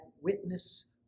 witness